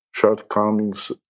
shortcomings